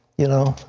you know?